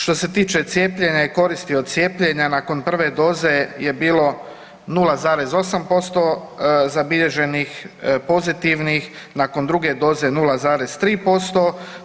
Što se tiče cijepljenja i koristi od cijepljenja nakon prve doze je bilo 0,8% zabilježenih pozitivnih, nakon druge doze 0,3%